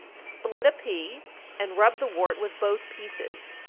split a pea and rub the wart with both pieces,